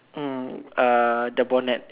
mm uh the bonnet